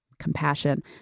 compassion